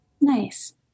Nice